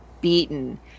beaten